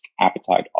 appetite